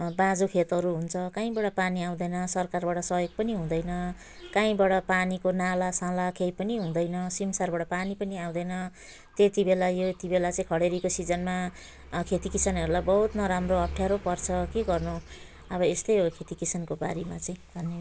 बाँझो खेतहरू हुन्छ काहीँबाट पानी आउँदैन सरकारबाट सहयोग पनि हुँदैन काहीँबाट पानीको नालासाला केही पनि हुँदैन सिमसारबाट पानी पनि आउँदैन त्यति बेला यति बेला चाहिँ खडेरीको सिजनमा खेतीकिसानहरूलाई बहुत नराम्रो अप्ठ्यारो पर्छ के गर्नु अब यस्तै हो खेतीकिसानको बारेमा चाहिँ भन्ने